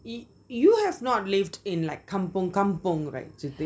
mm you have not lived in like kampong kampong right actually